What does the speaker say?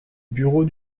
bureaux